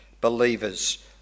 believers